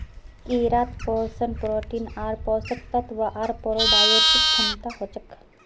कीड़ात पोषण प्रोटीन आर पोषक तत्व आर प्रोबायोटिक क्षमता हछेक